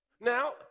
Now